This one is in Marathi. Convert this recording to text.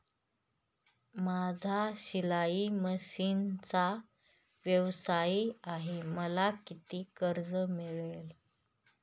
माझा शिलाई मशिनचा व्यवसाय आहे मला किती कर्ज मिळेल?